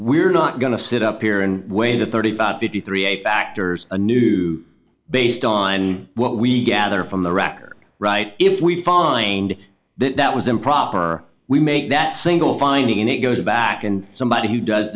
we're not going to sit up here and weigh the thirty fifty three eight factors a new based on what we gather from the record right if we find that that was improper we make that single finding and it goes back and somebody who does